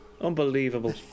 Unbelievable